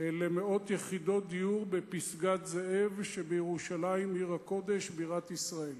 למאות יחידות דיור בפסגת-זאב שבירושלים עיר הקודש בירת ישראל?